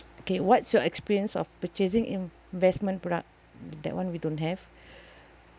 okay what's your experience of purchasing investment product that [one] we don't have